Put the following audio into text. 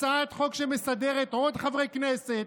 הצעת חוק שמסדרת להם עוד חברי כנסת,